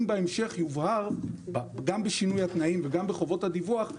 אם יובהר בהמשך גם בשינוי התנאים וגם בחובות הדיווח,